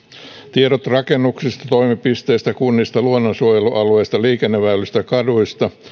tiedot rakennuksista toimipisteistä kunnista luonnonsuojelualueista liikenneväylistä kaduista